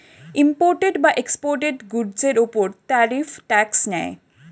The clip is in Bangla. ইম্পোর্টেড বা এক্সপোর্টেড গুডসের উপর ট্যারিফ ট্যাক্স নেয়